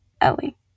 ellie